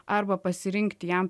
arba pasirinkti jam